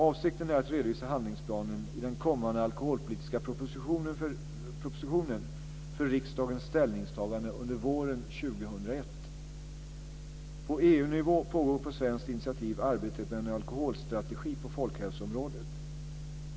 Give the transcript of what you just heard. Avsikten är att redovisa handlingsplanen i den kommande alkoholpolitiska propositionen för riksdagens ställningstagande under våren På EU-nivå pågår på svenskt initiativ arbetet med en alkoholstrategi på folkhälsoområdet.